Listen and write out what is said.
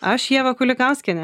aš ieva kulikauskienė